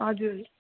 हजुर